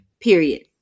period